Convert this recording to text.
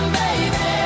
baby